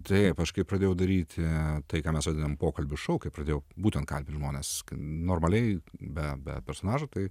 tai kažkaip pradėjau daryti tai ką mes vadinam pokalbių šou kai pradėjau būtent kalbint žmones normaliai be be personažų tai